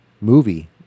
movie